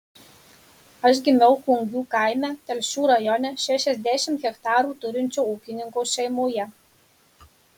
aš gimiau kungių kaime telšių rajone šešiasdešimt hektarų turinčio ūkininko šeimoje